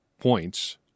points